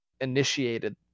initiated